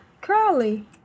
Curly